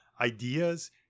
ideas